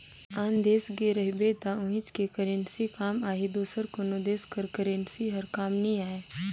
आन देस गे रहिबे त उहींच के करेंसी काम आही दूसर कोनो देस कर करेंसी हर काम नी आए